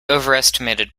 overestimated